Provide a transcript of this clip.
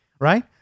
Right